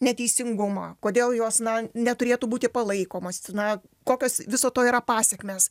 neteisingumą kodėl jos na neturėtų būti palaikomos na kokios viso to yra pasekmės